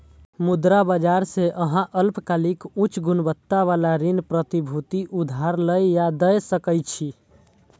मुद्रा बाजार मे अहां अल्पकालिक, उच्च गुणवत्ता बला ऋण प्रतिभूति उधार लए या दै सकै छी